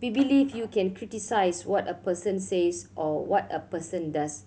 we believe you can criticise what a person says or what a person does